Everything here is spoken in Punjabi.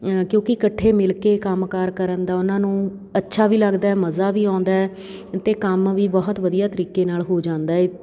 ਕਿਉਂਕਿ ਇਕੱਠੇ ਮਿਲ ਕੇ ਕੰਮ ਕਾਰ ਕਰਨ ਦਾ ਉਹਨਾਂ ਨੂੰ ਅੱਛਾ ਵੀ ਲੱਗਦਾ ਮਜ਼ਾ ਵੀ ਆਉਂਦਾ ਅਤੇ ਕੰਮ ਵੀ ਬਹੁਤ ਵਧੀਆ ਤਰੀਕੇ ਨਾਲ ਹੋ ਜਾਂਦਾ ਏ